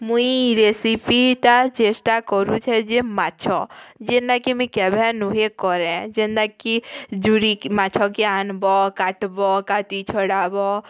ମୁଇଁ ରେସିପିଟା ଚେଷ୍ଟା କରୁଛେଁ ଯେ ମାଛ ଯେନ୍ତାକି ମୁଇଁ କେବେ ନୁହେଁ କରେ ଯେନ୍ତା କି ଯୁଡ଼ିକି ମାଛକେ ଆନ୍ବ କାଟ୍ବ କାତି ଛଡ଼ାବ